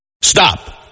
Stop